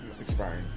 expiring